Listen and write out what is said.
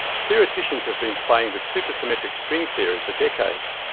theoreticians have been playing with super-symmetric string theory for decades.